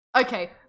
Okay